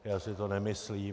Já si to nemyslím.